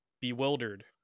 bewildered